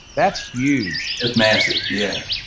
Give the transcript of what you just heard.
that's huge. its massive, yeah.